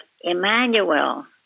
Emmanuel